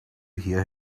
hear